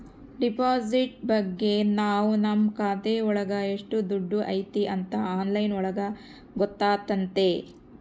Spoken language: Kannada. ಡೆಪಾಸಿಟ್ ಬಗ್ಗೆ ನಾವ್ ನಮ್ ಖಾತೆ ಒಳಗ ಎಷ್ಟ್ ದುಡ್ಡು ಐತಿ ಅಂತ ಆನ್ಲೈನ್ ಒಳಗ ಗೊತ್ತಾತತೆ